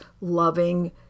loving